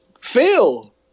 Phil